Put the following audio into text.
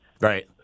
Right